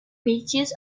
patches